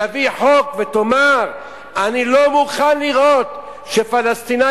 תביא חוק ותאמר: אני לא מוכן לראות שפלסטיני